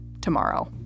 tomorrow